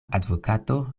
advokato